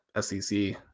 SEC